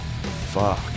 Fuck